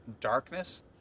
darkness